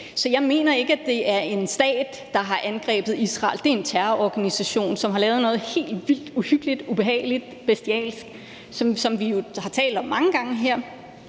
Så jeg mener ikke, det er en stat, der har angrebet Israel. Det er en terrororganisation, som har lavet noget helt vildt uhyggeligt, ubehageligt og bestialsk, som vi jo har talt om mange gange her,